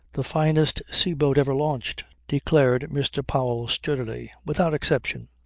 the finest sea-boat ever launched, declared mr. powell sturdily. without exception.